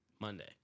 Monday